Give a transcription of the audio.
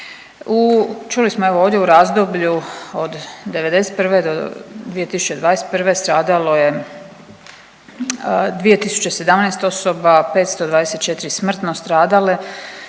Čuli smo evo ovdje u razdoblju od '91. do 2021. stradalo je 2017 osoba, 524 smrtno stradale,